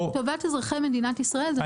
טובת אזרחי מדינת ישראל זה משהו שעומד כנגד עינינו.